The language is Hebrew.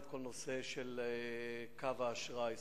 כל הנושא של קו האשראי,